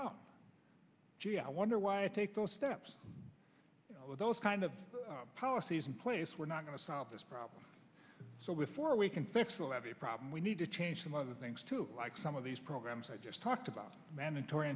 out gee i wonder why i take those steps with those kind of policies in place we're not going to solve this problem so before we can fix a levee problem we need to change some other things too like some of these programs i just talked about mandatory